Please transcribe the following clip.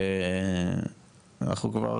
אנחנו כבר